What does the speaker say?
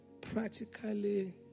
practically